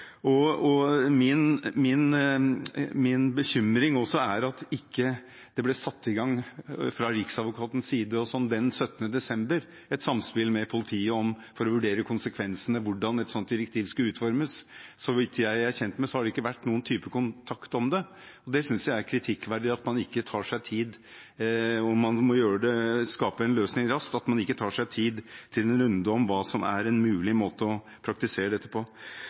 Min bekymring er også at det fra Riksadvokatens side den 17. desember ikke ble satt i gang et samspill med politiet for å vurdere konsekvensene, og hvordan et sånt direktiv skulle utformes. Så vidt jeg er kjent med, har det ikke vært noen type kontakt om det, og jeg synes det er kritikkverdig at man ikke, når man må skape en løsning raskt, tar seg tid til en runde om hva som er en mulig måte å praktisere dette på.